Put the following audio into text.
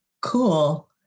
cool